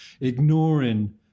ignoring